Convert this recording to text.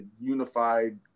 unified